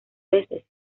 veces